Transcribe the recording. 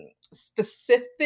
specific